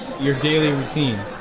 your daily routine.